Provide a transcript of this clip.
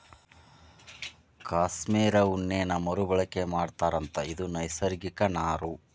cashmere ಉಣ್ಣೇನ ಮರು ಬಳಕೆ ಮಾಡತಾರಂತ ಇದು ನೈಸರ್ಗಿಕ ನಾರು